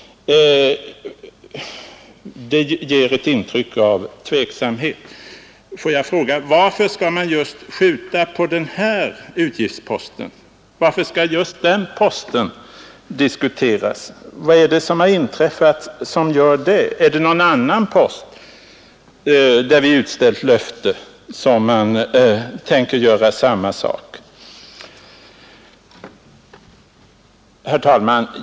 Det ger ett intryck av tveksamhet. Får jag fråga: Varför skall man skjuta på just den här utgiftsposten? Varför skall just den posten diskuteras? Vad har inträffat som föranleder detta? Finns det någon annan post, där vi utställt ett liknande löfte, som man tänker göra samma sak med? Herr talman!